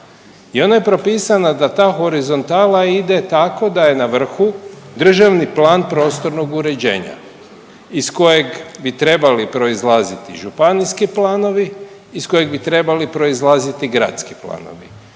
i ona je propisana da ta horizontala ide tako da je na vrhu državni plan prostornog uređenja iz kojeg bi trebali proizlaziti županijski planovi, iz kojih bi trebali proizlaziti gradski planovi